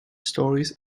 stories